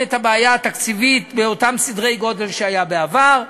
בעיה תקציבית באותם סדרי-גודל שהיו בעבר.